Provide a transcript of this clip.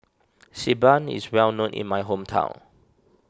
Xi Ban is well known in my hometown